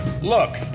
Look